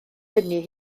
hynny